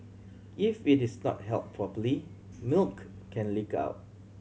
if it is not held properly milk can leak out